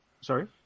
Sorry